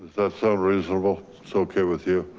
that sound reasonable so okay with you.